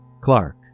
Clark